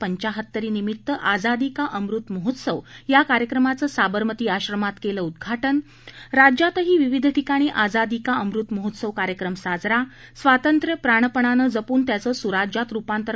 पंचाहत्तरीनिमित्त आजादी का अमृत महोत्सव या कार्यक्रमाचं साबरमती आश्रमात केलं उद्धाटन राज्यातही विविध ठिकाणी आजादी का अमृत महोत्सव कार्यक्रम साजरा स्वातंत्र्य प्राणपणानं जपून त्याचं सुराज्यात रुपांतर